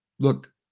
Look